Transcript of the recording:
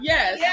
Yes